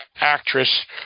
actress